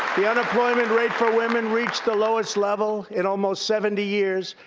the unemployment rate for women reached the lowest level in almost seventy years.